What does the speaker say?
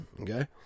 okay